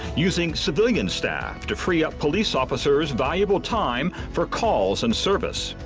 using civilian staff to free up police officers' valuable time for calls and service.